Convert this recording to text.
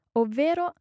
ovvero